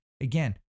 Again